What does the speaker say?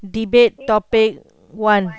debate topic one